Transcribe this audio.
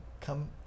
Come